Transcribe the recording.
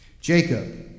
Jacob